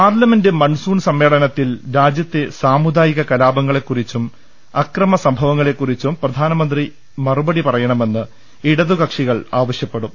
parliament monsoon സമ്മേളനത്തിൽ രാജ്യത്തെ സാമുദായിക കലാപങ്ങളെക്കുറിച്ചും അക്രമസംഭവങ്ങളെക്കുറിച്ചും പ്രധാനമന്ത്രി മറു പടി പറയണമെന്ന് ഇടതുകക്ഷികൾ ആവശ്യപ്പെടും